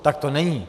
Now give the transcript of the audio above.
Tak to není.